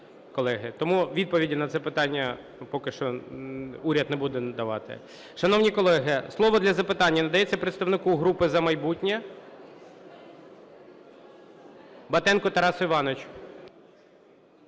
Тому відповіді на це питання поки що уряд не буде надавати. Шановні колеги, слово для запитання надається представнику групи "За майбутнє" Батенку Тарасу Івановичу.